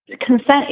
Consent